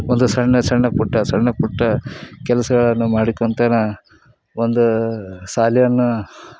ಒಂದು ಸಣ್ಣ ಸಣ್ಣ ಪುಟ್ಟ ಸಣ್ಣ ಪುಟ್ಟ ಕೆಲಸಗಳನ್ನು ಮಾಡಿಕೊಳ್ತಾ ನಾನು ಒಂದು ಶಾಲೆಯನ್ನು